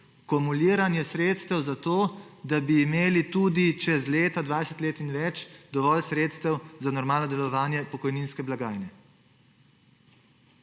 kumuliranje sredstev za to, da bi imeli tudi čez leta, 20 let in več dovolj sredstev za normalno delovanje pokojninske blagajne.